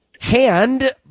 Hand